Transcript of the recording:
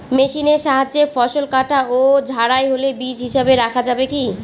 মেশিনের সাহায্যে ফসল কাটা ও ঝাড়াই হলে বীজ হিসাবে রাখা যাবে কি?